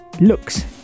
looks